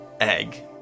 egg